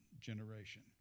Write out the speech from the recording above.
generation